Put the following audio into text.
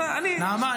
נעמה,